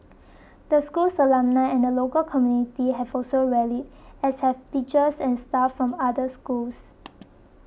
the school's alumni and the local community have also rallied as have teachers and staff from other schools